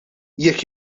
jekk